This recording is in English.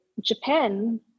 japan